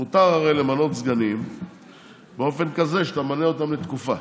הרי מותר למנות סגנים באופן כזה שאתה ממנה אותם לתקופה,